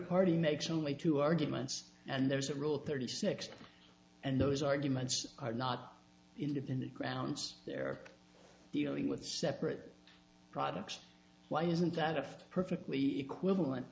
party makes only two arguments and there's a rule thirty six and those arguments are not independent grounds they're dealing with separate products why isn't that a perfectly equivalent